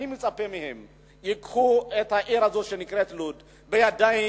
אני מצפה מהם שייקחו את העיר הזאת שנקראת לוד בידיים,